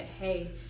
hey